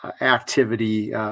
activity